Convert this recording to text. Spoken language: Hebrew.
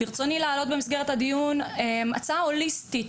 ברצוני להעלות הצעה הוליסטית,